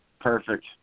Perfect